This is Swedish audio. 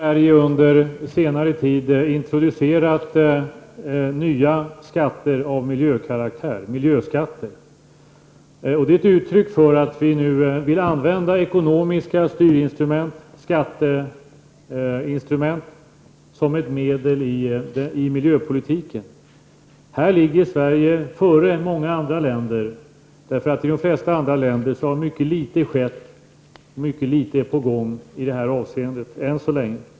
Fru talman! Vi har i Sverige under senare tid introducerat nya skatter av miljökaraktär, miljöskatter. Det är ett uttryck för att vi nu vill använda ekonomiska styrinstrument, skatteinstrument, som ett medel i miljöpolitiken. Här ligger Sverige före många andra länder, därför att i de flesta andra länder har mycket litet skett, och mycket litet är på gång än så länge.